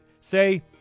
say